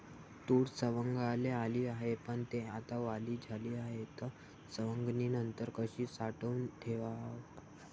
तूर सवंगाले आली हाये, पन थे आता वली झाली हाये, त सवंगनीनंतर कशी साठवून ठेवाव?